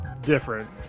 different